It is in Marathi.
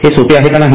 हे सोपे आहे का नाही